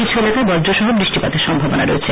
কিছু এলাকায় বজ্র সহ বৃষ্টিপাতের সম্ভাবনা রয়েছে